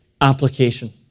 application